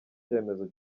cyemezo